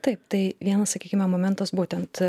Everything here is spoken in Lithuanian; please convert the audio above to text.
taip tai vienas sakykime momentas būtent